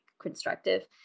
constructive